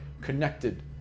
connected